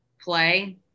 play